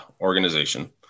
organization